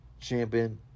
champion